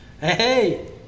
Hey